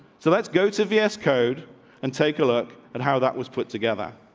so let's go to v s code and take a look at how that was put together.